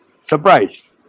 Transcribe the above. surprise